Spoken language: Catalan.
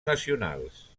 nacionals